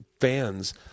fans